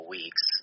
weeks